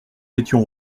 étions